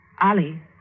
Ali